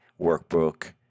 workbook